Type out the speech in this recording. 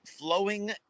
flowing